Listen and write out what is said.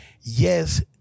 Yes